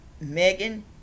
Megan